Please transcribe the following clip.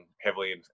heavily